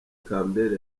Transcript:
campbell